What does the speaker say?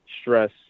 stress